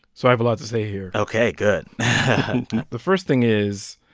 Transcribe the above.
so i have a lot to say here ok. good the first thing is,